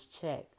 Check